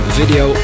video